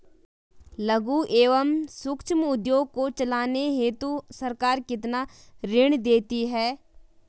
लघु एवं सूक्ष्म उद्योग को चलाने हेतु सरकार कितना ऋण देती है?